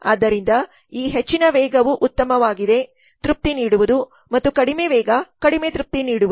ಆದ್ದರಿಂದ ಈ ಹೆಚ್ಚಿನ ವೇಗವು ಉತ್ತಮವಾಗಿದೆ ತೃಪ್ತಿ ನೀಡುವುದುಮತ್ತೆ ಕಡಿಮೆ ವೇಗ ಕಡಿಮೆ ತೃಪ್ತಿ ನೀಡುವುದು